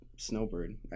Snowbird